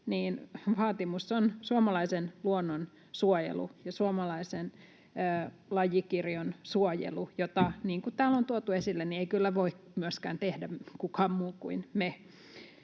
vaatimus on suomalaisen luonnon suojelu ja suomalaisen lajikirjon suojelu, joita, niin kuin täällä on tuotu esille, ei kyllä voi myöskään tehdä kukaan muu kuin me.